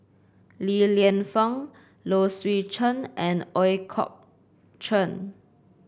Li Lienfung Low Swee Chen and Ooi Kok Chuen